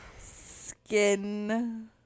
skin